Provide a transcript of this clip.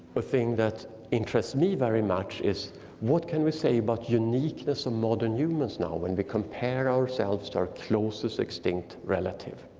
ah thing that interests me very much is what can we say about uniqueness in modern humans now when we compare ourselves our closest extinct relative?